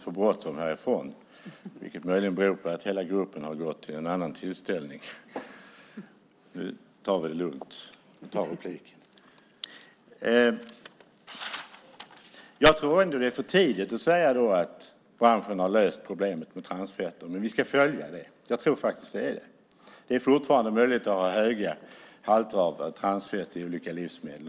Fru talman! Jag tror att det är för tidigt att säga att branschen löst problemet med transfetter, men vi ska följa frågan. Jag tror faktiskt att det är så. Det är fortfarande möjligt att ha höga halter av transfetter i olika livsmedel.